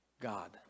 God